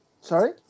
Sorry